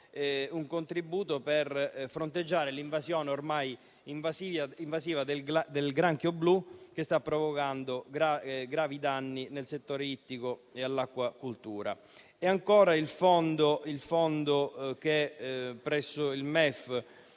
un contributo per fronteggiare la diffusione ormai invasiva del granchio blu che sta provocando gravi danni nel settore ittico e all'acquacoltura. E ancora, citerei il fondo istituito presso il MEF